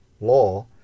law